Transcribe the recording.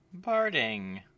Barding